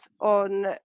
on